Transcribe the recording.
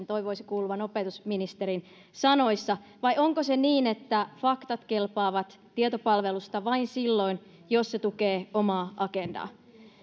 toivoisi kuuluvan opetusministerin sanoissa vai onko niin että faktat kelpaavat tietopalvelusta vain silloin jos ne tukevat omaa agendaa